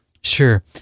Sure